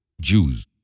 jews